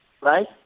Right